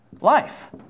life